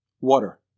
Water